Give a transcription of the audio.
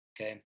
okay